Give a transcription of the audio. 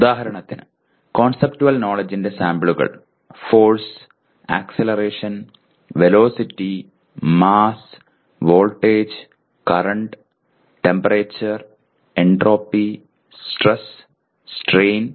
ഉദാഹരണത്തിന് കോൺസെപ്റ്റുവൽ നോലെഡ്ജ്ജിന്റെ സാമ്പിളുകൾ force acceleration velocity mass voltage current temperature entropy stress strain